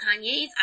Kanye's